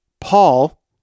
Paul